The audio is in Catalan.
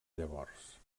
llavors